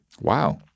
Wow